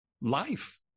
life